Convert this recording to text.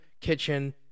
kitchen